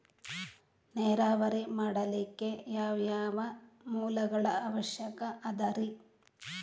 ನೇರಾವರಿ ಮಾಡಲಿಕ್ಕೆ ಯಾವ್ಯಾವ ಮೂಲಗಳ ಅವಶ್ಯಕ ಅದರಿ?